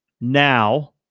now